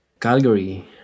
Calgary